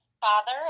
father